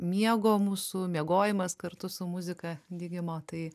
miego mūsų miegojimas kartu su muzika dygimo tai